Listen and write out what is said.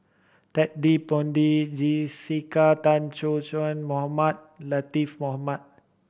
Ted De Ponti Jessica Tan Soon Mohamed Latiff Mohamed